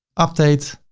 update.